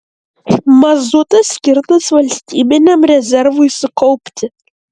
mazutas skirtas valstybiniam rezervui sukaupti